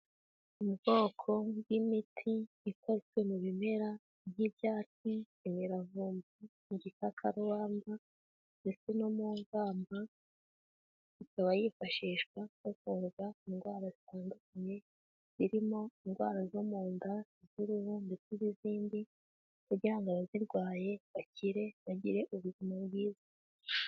Ubwoko bw'imiti ikozwe mu bimera by'ibyatsi, imiravumba, igikakakarubamba, ndetse no mu ngamba, ikaba yifashishwa havurwa indwara zitandukanye zirimo: indwara zo mu nda, iz'uruhu ndetse n'izindi, kugira ngo abazirwaye bakire bagire ubuzima bwiza.